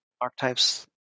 archetypes